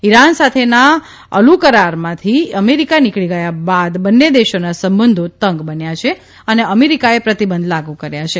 Iran સાથેના અલુકરારમાંથી America નીકળી ગયા બાદ બંને દેશોના સંબંધો તંગ બન્યા છે અને અમેરિકાએ પ્રતિબંધ લાગુ કર્યા છે